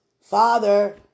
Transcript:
Father